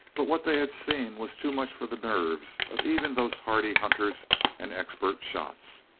but what they had seen was too much for the nerves of even those hardy hunters and expert shots.